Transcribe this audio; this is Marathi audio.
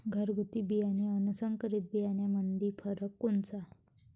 घरगुती बियाणे अन संकरीत बियाणामंदी फरक कोनचा?